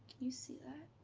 you see that?